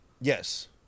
Yes